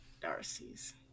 Darcy's